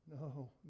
No